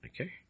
Okay